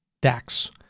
DAX